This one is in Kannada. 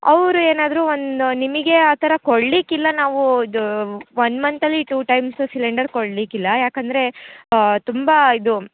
ಅವ್ರು ಏನಾದರು ಒಂದು ನಿಮಗೆ ಆ ಥರ ಕೊಡ್ಲಿಕ್ಕಿಲ್ಲ ನಾವು ಇದು ಒಂದು ಮಂತಲ್ಲಿ ಟೂ ಟೈಮ್ಸು ಸಿಲಿಂಡರ್ ಕೊಡ್ಲಿಕ್ಕಿಲ್ಲ ಏಕಂದ್ರೆ ತುಂಬ ಇದು